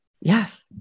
Yes